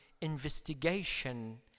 investigation